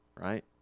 right